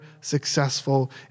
successful